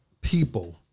people